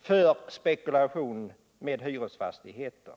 för spekulation med hyresfastigheter.